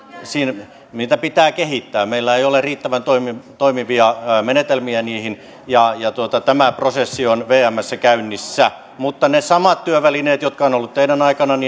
niitä pitää kehittää meillä ei ole riittävän toimivia toimivia menetelmiä niihin ja ja tämä prosessi on vmssä käynnissä mutta ne samat työvälineet jotka ovat olleet teidän aikananne